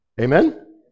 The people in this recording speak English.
Amen